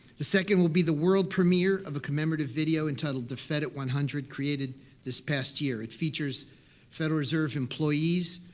the second will be the world premiere of a commemorative video entitled the fed at one hundred, created this past year. it features federal reserve employees,